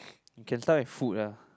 you can start with food lah